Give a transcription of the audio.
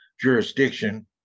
jurisdiction